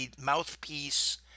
mouthpiece